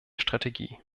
strategie